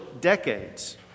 decades